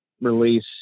release